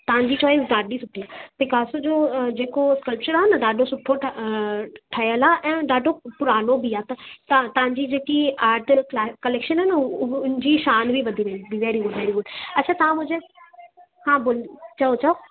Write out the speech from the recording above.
तव्हांजी चॉइस ॾाढी सुठी आहे पिकासो जो जेको स्कल्पचर आहे न ॾाढो सुठो ठ ठहियलु आहे ऐं ॾाढो पुराणो बि आहे त त तव्हांजी जेकी आर्ट कला कलेकशन आहे न उहो उन जी शान बि वधी वेंदी वेरी गुड वेरी गुड अछा तव्हां मुंहिंजे हा बोल चओ चओ